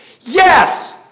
Yes